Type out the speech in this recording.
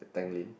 the Tanglin